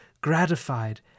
gratified